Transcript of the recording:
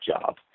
job